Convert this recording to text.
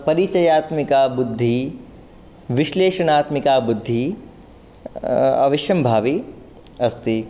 परिचयात्मिका बुद्धिः विश्लेषणात्मिका बुद्धिः अवश्यंभाविनी अस्ति